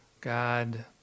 God